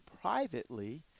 privately